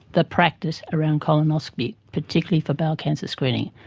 the practice around colonoscopy, particularly for bowel cancer screening.